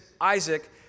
Isaac